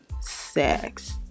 sex